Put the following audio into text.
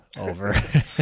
over